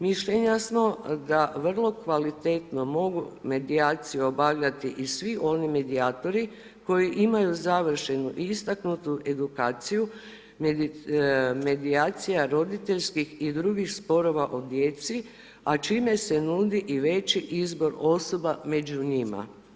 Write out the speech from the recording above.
Mišljenja smo da vrlo kvalitetno mogu medijaciju obavljati i svi oni medijatori koji imaju završenu istaknutu medijaciju, medijacija roditeljskih i drugih sporova o djeci, a čime se nudi i veći izbor osoba među njima.